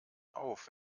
auf